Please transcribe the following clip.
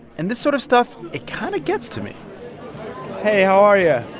and this sort of stuff it kind of gets to me hey, how are yeah